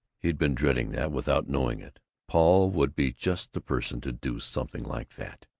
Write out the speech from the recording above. he'd been dreading that, without knowing it. paul would be just the person to do something like that.